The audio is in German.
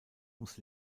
ums